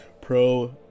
pro